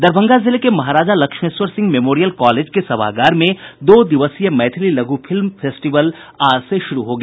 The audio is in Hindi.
दरभंगा जिले के महाराजा लक्ष्मेश्वर सिंह मेमोरियल कॉलेज के सभागार में दो दिवसीय मैथिली लघु फिल्म फेस्टिवल आज से शुरू हो गया